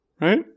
right